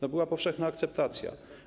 Bo była powszechna akceptacja.